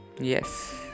Yes